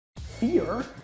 Fear